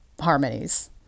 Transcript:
harmonies